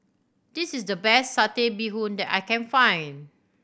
this is the best Satay Bee Hoon that I can find